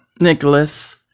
Nicholas